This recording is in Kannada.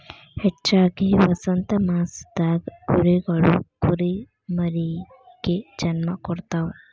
ಹೆಚ್ಚಾಗಿ ವಸಂತಮಾಸದಾಗ ಕುರಿಗಳು ಕುರಿಮರಿಗೆ ಜನ್ಮ ಕೊಡ್ತಾವ